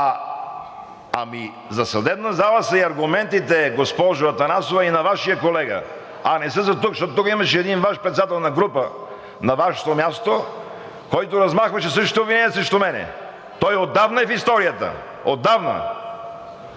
За съдебна зала са и аргументите, госпожо Атанасова, на Вашия колега, а не са за тук, защото имаше един Ваш председател на група – на Вашето място, който размахваше също обвинения срещу мен! Той отдавна е в историята, отдавна!